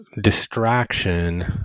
distraction